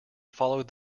followed